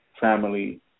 family